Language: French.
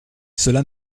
cela